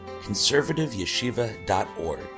conservativeyeshiva.org